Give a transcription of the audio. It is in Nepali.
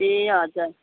ए हजुर